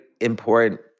important